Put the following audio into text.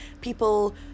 people